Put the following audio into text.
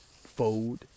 fold